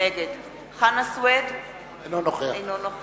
נגד חנא סוייד, אינו נוכח